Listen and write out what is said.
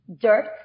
dirt